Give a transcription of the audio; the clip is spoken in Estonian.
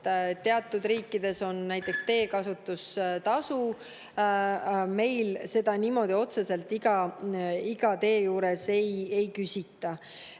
Teatud riikides on näiteks teekasutustasu, meil seda niimoodi otseselt iga tee puhul ei küsita.